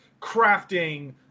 crafting